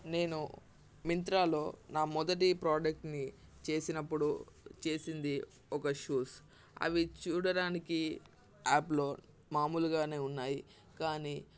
నేను మిత్రాలో నా మొదటి ప్రోడక్ట్ని చేసినప్పుడు చేసింది ఒక షూస్ అవి చూడడానికి యాప్లో మామూలుగానే ఉన్నాయి కానీ